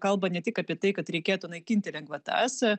kalba ne tik apie tai kad reikėtų naikinti lengvatas